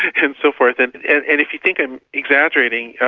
and so forth. and if you think i'm exaggerating, yeah